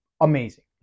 amazing